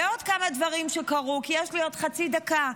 ועוד כמה דברים שקרו, כי יש לי עוד חצי דקה.